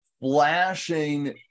flashing